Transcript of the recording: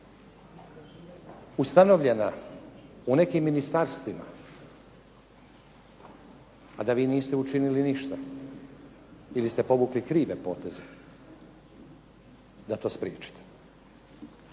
ustanovljena u nekim ministarstvima, a da vi niste učinili ništa ili ste povukli krive poteze da to spriječite.